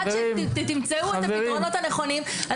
עד שתמצאו את הפתרונות הנכונים,